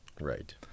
right